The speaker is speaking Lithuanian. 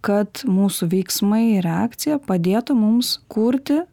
kad mūsų veiksmai ir reakciją padėtų mums kurti